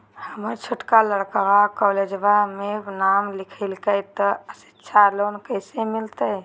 हमर छोटका लड़कवा कोलेजवा मे नाम लिखाई, तो सिच्छा लोन कैसे मिलते?